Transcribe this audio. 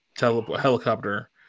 helicopter